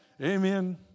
Amen